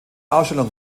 ausstellung